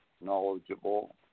knowledgeable